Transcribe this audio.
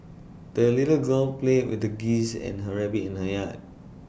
the little girl played with the geese and her rabbit in the yard